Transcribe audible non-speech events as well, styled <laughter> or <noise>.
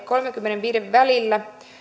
<unintelligible> kolmenkymmenenviiden välillä